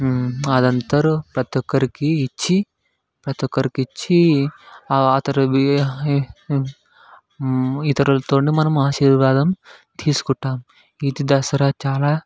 అదంతరూ ప్రతి ఒక్కరికీ ఇచ్చి ప్రతి ఒక్కరికీ ఇచ్చి ఆ తరవీ ఈ ఇతరులతోని మనం ఆశీర్వాదం తీసుకుంటాం ఇది దసరా చాలా